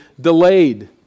delayed